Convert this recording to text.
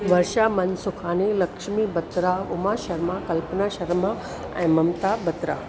वर्षा मनसुखानी लक्ष्मी बत्रा उमा शर्मा कल्पना शर्मा ऐं ममता बत्रा